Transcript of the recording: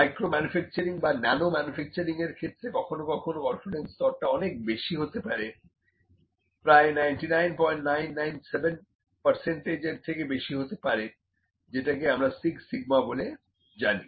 micro manufacturing বা nano ম্যানুফ্যাকচারিংয়ের ক্ষেত্রে কখনো কখনো কনফিডেন্স স্তর টা অনেক বেশি হতে পারে প্রায় 99997 এর থেকে বেশি হতে পারে যেটাকে আমরা 6 সিগমা বলে জানি